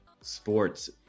sports